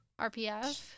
RPF